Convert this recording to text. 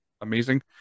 amazing